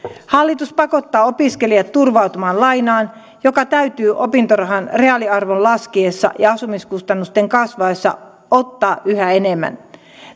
hallitus pakottaa opiskelijat turvautumaan lainaan jota täytyy opintorahan reaaliarvon laskiessa ja asumiskustannusten kasvaessa ottaa yhä enemmän